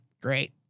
Great